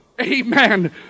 Amen